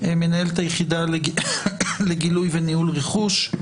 מנהלת היחידה לגילוי וניהול רכוש,